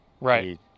Right